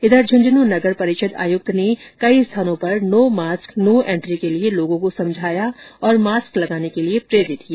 इधर झंझनूं नगर परिषद आयुक्त ने कई स्थानों पर नो मास्क नो एंट्री के लिए लोगों को समझाया और मास्क लगाने के लिए प्रेरित किया